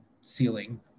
ceiling